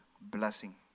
blessing